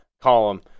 column